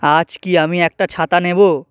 আজ কি আমি একটা ছাতা নেব